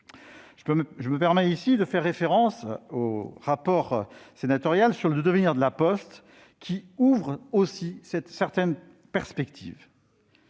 Je me permets ici de faire référence au rapport sénatorial sur le devenir de La Poste, qui ouvre aussi certaines perspectives.